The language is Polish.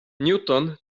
newton